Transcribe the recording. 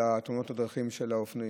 את תאונות הדרכים של אופנועים.